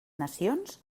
nacions